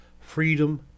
Freedom